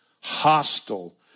hostile